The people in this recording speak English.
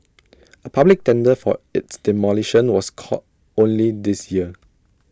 A public tender for its demolition was called only this year